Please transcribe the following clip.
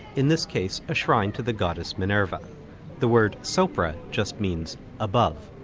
in this case a shrine to the goddess minerva the word sopra just means above.